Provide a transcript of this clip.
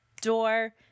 door